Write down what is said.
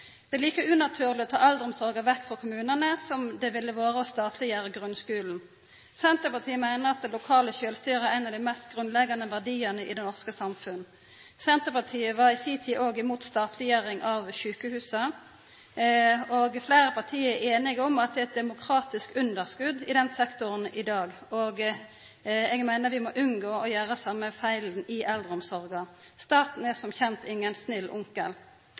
Det er like unaturleg å ta eldreomsorga vekk frå kommunane som det ville ha vore å statleggjera grunnskulen. Senterpartiet meiner at det lokale sjølvstyret er ein av dei mest grunnleggjande verdiane i det norske samfunnet. Senterpartiet var i si tid òg imot statleggjering av sjukehusa. Fleire parti er einige om at det er eit demokratisk underskot i den sektoren i dag. Eg meiner vi må unngå å gjera same feil i eldreomsorga. Staten er som kjent ingen snill